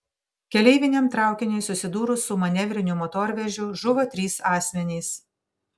keleiviniam traukiniui susidūrus su manevriniu motorvežiu žuvo trys asmenys